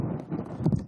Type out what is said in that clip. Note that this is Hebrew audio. אדוני היושב-ראש,